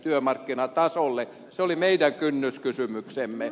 se oli meidän kynnyskysymyksemme